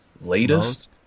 latest